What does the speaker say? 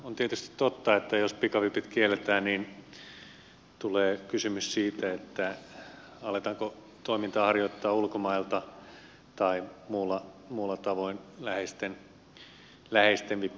on tietysti totta että jos pikavipit kielletään niin tulee kysymys siitä aletaanko toimintaa harjoittaa ulkomailta tai muulla tavoin läheisten vipeillä